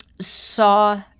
saw